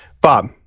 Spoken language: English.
Bob